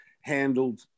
handled